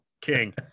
King